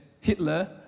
Hitler